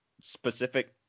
specific